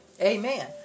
Amen